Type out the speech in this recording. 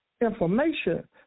information